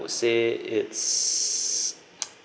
would say it's